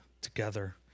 together